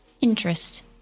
interest